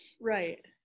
Right